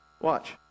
Watch